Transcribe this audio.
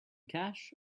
cash